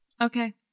Okay